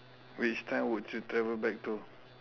which time would you travel back to